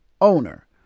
owner